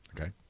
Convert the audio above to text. Okay